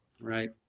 Right